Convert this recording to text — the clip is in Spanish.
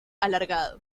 alargado